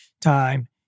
time